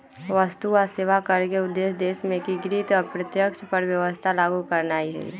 वस्तु आऽ सेवा कर के उद्देश्य देश में एकीकृत अप्रत्यक्ष कर व्यवस्था लागू करनाइ हइ